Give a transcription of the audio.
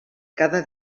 cada